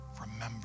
remember